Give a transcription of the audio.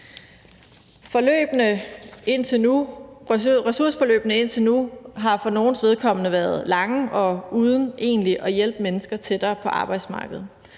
Ressourceforløbene har indtil nu for nogles vedkommende været lange og uden egentlig at hjælpe mennesker tættere på arbejdsmarkedet.